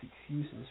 excuses